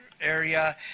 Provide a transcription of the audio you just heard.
area